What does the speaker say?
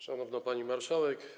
Szanowna Pani Marszałek!